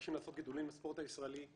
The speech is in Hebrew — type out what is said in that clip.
ומבקשים לעשות גידול לספורט הישראלי,